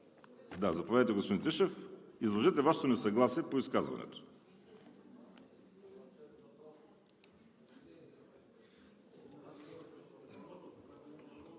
тя. Заповядайте, господин Тишев. Изложете Вашето несъгласие по изказването.